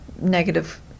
negative